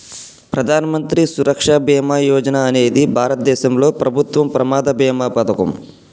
ప్రధాన మంత్రి సురక్ష బీమా యోజన అనేది భారతదేశంలో ప్రభుత్వం ప్రమాద బీమా పథకం